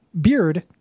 beard